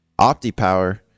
OptiPower